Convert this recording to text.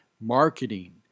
Marketing